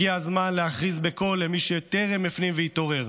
הגיע הזמן להכריז בקול, למי שטרם הפנים והתעורר: